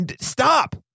stop